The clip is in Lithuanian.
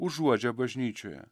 užuodžia bažnyčioje